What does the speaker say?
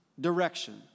direction